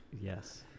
Yes